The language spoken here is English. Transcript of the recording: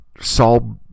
saw